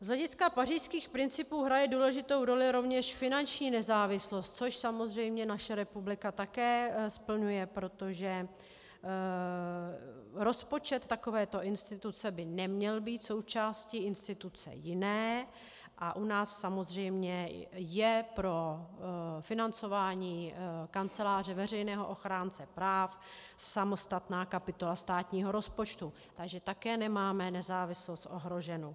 Z hlediska pařížských principů hraje důležitou roli rovněž finanční nezávislost, což samozřejmě naše republika také splňuje, protože rozpočet takovéto instituce by neměl být součástí instituce jiné, a u nás samozřejmě je pro financování Kanceláře veřejného ochránce práv samostatná kapitola státního rozpočtu, takže také nemáme nezávislost ohroženu.